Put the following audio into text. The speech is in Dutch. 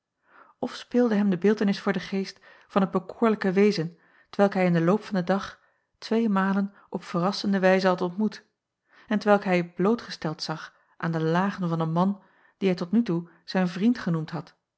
of speelde hem de beeltenis voor den geest van het bekoorlijke wezen t welk hij in den loop van den dag tweemalen op verrassende wijze had ontmoet en t welk hij blootgesteld zag aan de lagen van een man dien hij tot nu toe zijn vriend genoemd had